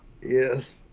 Yes